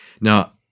now